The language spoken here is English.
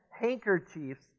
handkerchiefs